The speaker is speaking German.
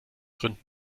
gründen